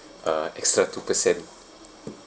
uh extra two-per cent